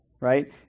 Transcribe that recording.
Right